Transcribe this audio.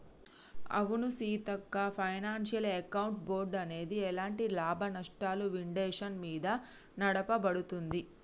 అవును Seethakka financial account board అనేది ఎలాంటి లాభనష్టాలు విండేషన్ మీద నడపబడుతుంది